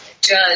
judge